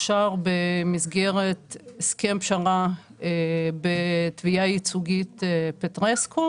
אושר במסגרת הסכם פשרה בתביעה ייצוגית פטרסקו